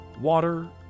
Water